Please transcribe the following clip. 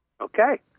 Okay